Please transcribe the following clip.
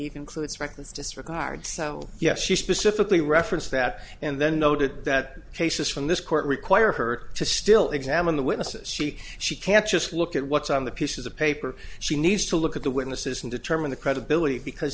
includes reckless disregard so yes she specifically referenced that and then noted that cases from this court require her to still examine the witnesses she she can't just look at what's on the pieces of paper she needs to look at the witnesses and determine the credibility because